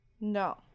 No